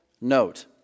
note